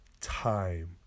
time